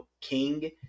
King